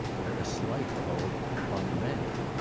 or a slighter hold upon the men.